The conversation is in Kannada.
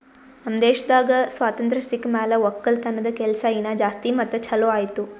ನಮ್ ದೇಶದಾಗ್ ಸ್ವಾತಂತ್ರ ಸಿಕ್ ಮ್ಯಾಲ ಒಕ್ಕಲತನದ ಕೆಲಸ ಇನಾ ಜಾಸ್ತಿ ಮತ್ತ ಛಲೋ ಆಯ್ತು